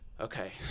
okay